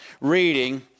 reading